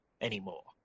anymore